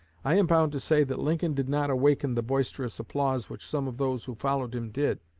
i am bound to say that lincoln did not awaken the boisterous applause which some of those who followed him did,